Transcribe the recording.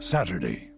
Saturday